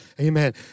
Amen